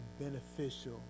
beneficial